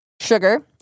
sugar